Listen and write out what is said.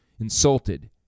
insulted